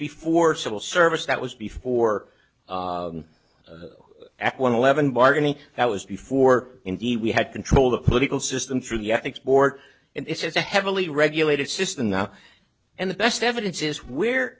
before civil service that was before at one eleven bargaining that was before indeed we had control of the political system through the export and it's a heavily regulated system now and the best evidence is where